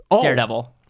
Daredevil